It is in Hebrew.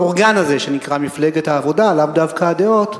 האורגן הזה שנקרא מפלגת העבודה, לאו דווקא הדעות,